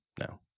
No